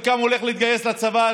חלקם הולך להתגייס לצבא,